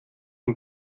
und